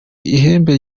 ihembe